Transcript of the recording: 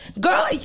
Girl